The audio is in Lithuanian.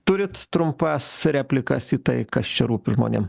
turit trumpas replikas į tai kas čia rūpi žmonėm